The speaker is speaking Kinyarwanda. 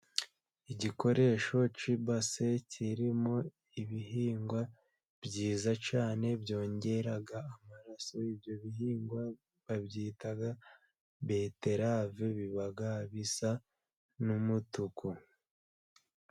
Igikoresho cy'ibase kirimo ibihingwa byiza cyane byongera amaraso, ibyo bihingwa babyita beterave biba bisa n'umutuku.